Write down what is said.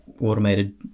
automated